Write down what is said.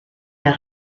der